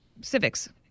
Civics